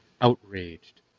outraged